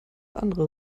andere